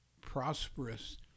prosperous